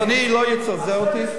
אדוני לא יצנזר אותי.